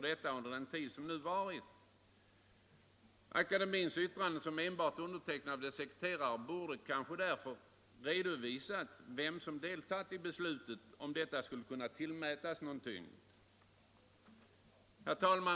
riksdagens framtida lokalfrågor. Akademiens yttrande, som enbart undertecknats av dess sekreterare, borde för att kunna tillmätas någon tyngd ha innehållit upplysningar om vilka som deltagit i beslutet. Herr talman!